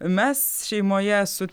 mes šeimoje su